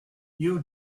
you